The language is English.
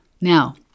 Now